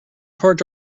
parked